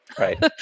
Right